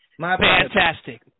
Fantastic